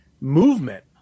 movement